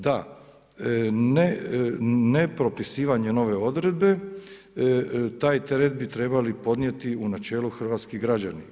Da nepropisivanje nove odredbe, taj teret bi trebali podnijeti u načelu hrvatskih građani.